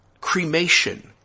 cremation